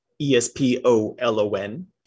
E-S-P-O-L-O-N